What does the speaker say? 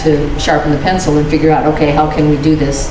to sharpen a pencil and figure out ok how can we do this